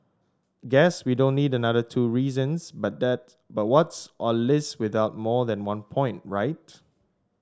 guess we don't need another two reasons but that but what's a list without more than one point right